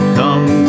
come